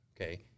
okay